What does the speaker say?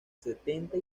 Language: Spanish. setenta